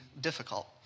difficult